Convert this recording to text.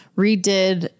redid